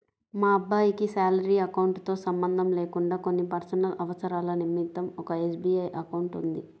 మా అబ్బాయికి salary account తో సంబంధం లేకుండా కొన్ని పర్సనల్ అవసరాల నిమిత్తం ఒక ఎస్.బీ.ఐ అకౌంట్ ఉంది